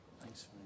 thanks